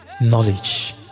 knowledge